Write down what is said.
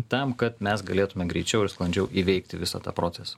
tam kad mes galėtume greičiau ir sklandžiau įveikti visą tą procesą